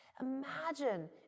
Imagine